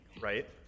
right